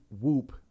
whoop